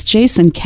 Jason